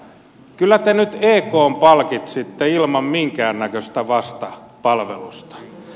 kyllä te nyt ekn palkitsitte ilman minkäännäköistä vastapalvelusta